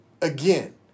Again